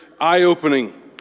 eye-opening